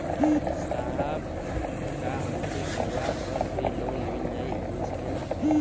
साहब का हमके त्योहार पर भी लों मिल सकेला?